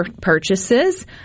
purchases